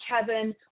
Kevin